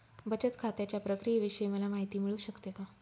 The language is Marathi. बचत खात्याच्या प्रक्रियेविषयी मला माहिती मिळू शकते का?